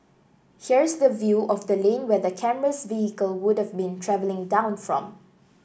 here's the view of the lane where the camera's vehicle would've been travelling down from